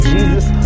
Jesus